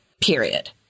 period